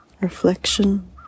reflection